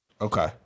Okay